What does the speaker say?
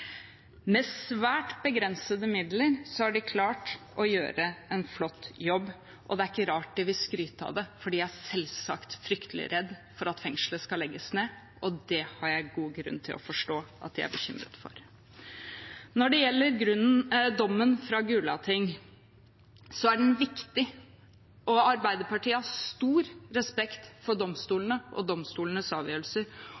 Med svært begrensede midler har de klart å gjøre en flott jobb, og det er ikke rart de vil skryte av det, for de er selvsagt fryktelig redde for at fengselet skal legges ned. Jeg forstår godt at de er bekymret for det, det er det grunn til. Når det gjelder dommen fra Gulating, er den viktig. Arbeiderpartiet har stor respekt for